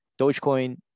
Dogecoin